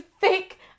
thick